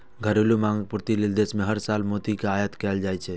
घरेलू मांगक पूर्ति लेल देश मे हर साल मोती के आयात कैल जाइ छै